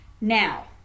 Now